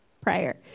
prior